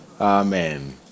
Amen